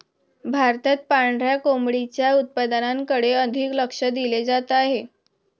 भारतात पांढऱ्या कोळंबीच्या उत्पादनाकडे अधिक लक्ष दिले जात आहे